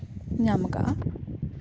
ᱧᱟᱢ ᱠᱟᱜᱼᱟ